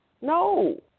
No